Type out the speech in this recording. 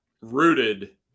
rooted